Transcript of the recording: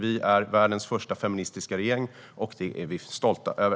Vi är världens första feministiska regering, och det är vi stolta över!